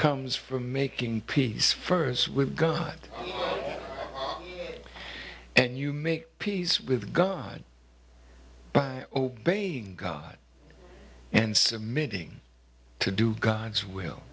comes from making peace first with god and you make peace with god by obeying god and submitting to do god's will